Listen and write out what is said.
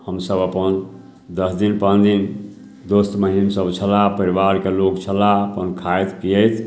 हमसभ अपन दस दिन पाँच दिन दोस्त महिमसभ छलाह परिवारके लोक छलाह अपन खाइत पिएत